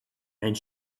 and